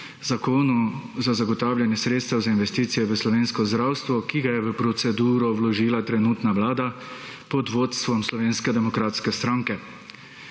zakonu za zagotavljanje sredstev za investicije v slovensko zdravstvo, ki ga je v proceduro vložila trenutno vlada pod vodstvom Slovenske demokratske stranke.